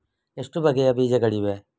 ಎಷ್ಟು ಬಗೆಯ ಬೀಜಗಳಿವೆ?